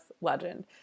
legend